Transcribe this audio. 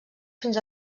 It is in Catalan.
fins